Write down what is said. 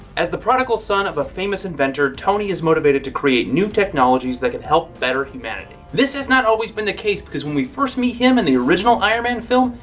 as the prodigal son of a famous inventor, tony is motivated to create new technologies that can help better humanity. this has not always been the case because when we first meet him in the original iron man film,